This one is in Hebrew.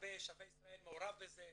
הרבה "שבי ישראל" מעורב בזה.